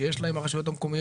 שיש לה עם הרשויות המקומיות